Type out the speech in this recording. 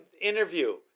interview